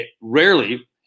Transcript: Rarely